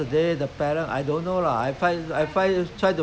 where got time to take care of the kid at the same time